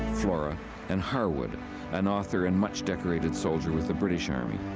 flora and harwood an author, and much decorated soldier with the british army.